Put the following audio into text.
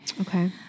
Okay